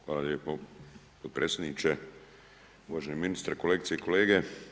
Hvala lijepo potpredsjedniče, uvaženi ministre, kolegice i kolege.